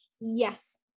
Yes